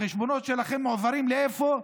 החשבונות שלכם מועברים לאיפה?